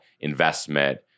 investment